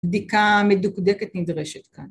‫בדיקה מדוקדקת נדרשת כאן.